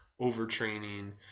overtraining